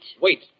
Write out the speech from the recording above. Wait